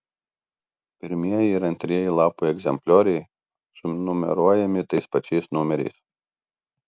pirmieji ir antrieji lapų egzemplioriai sunumeruojami tais pačiais numeriais